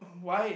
why